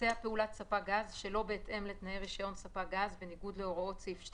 שליטה בבעל רישיון ספק גז, בניגוד להוראותשעליו